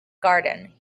garden